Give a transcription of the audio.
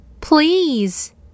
please